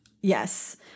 Yes